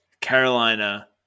Carolina